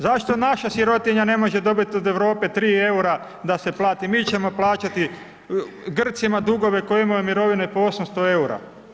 Zašto naša sirotinja ne može dobiti od Europe 3 eura, da se plati, mi ćemo plaćati Grcima dugove, koji imaju mirovine po 800 eura.